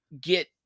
get